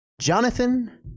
Jonathan